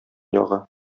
ягы